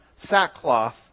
sackcloth